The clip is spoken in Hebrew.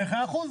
מאה אחוז.